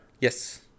Yes